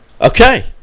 Okay